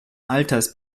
alters